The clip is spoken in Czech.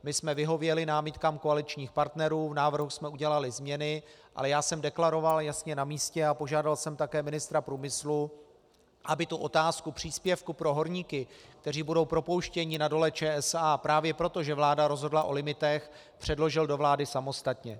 My jsme vyhověli námitkám koaličních partnerů, v návrhu jsme udělali změny, ale já jsem deklaroval jasně na místě a požádal jsem také ministra průmyslu, aby otázku příspěvku pro horníky, kteří budou propouštěni na Dole ČSA právě proto, že vláda rozhodla o limitech, předložil do vlády samostatně.